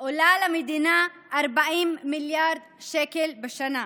עולה למדינה 40 מיליארד שקל בשנה.